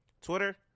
Twitter